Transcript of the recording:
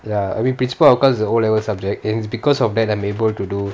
ya I mean principle of accounts is a O level subject and it's because of that I'm able to do